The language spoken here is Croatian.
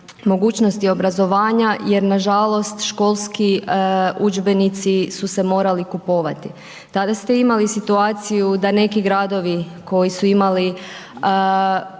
mogućnosti obrazovanja, jer nažalost, školski udžbenici su se morali kupovati. Tada ste imali situaciju, da neki gradovi, koje su imali